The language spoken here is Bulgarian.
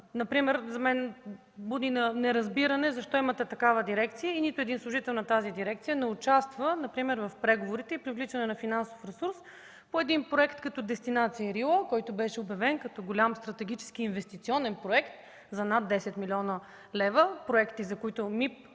тук за мен буди неразбиране защо имате такава дирекция и нито неин един служител не участва например в преговорите за привличане на финансов ресурс по един проект като „Дестинация Рила”? Той беше обявен като голям стратегически инвестиционен проект за над 10 млн. лв. – проекти, за които